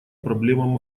проблемам